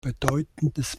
bedeutendes